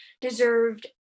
deserved